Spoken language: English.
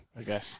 Okay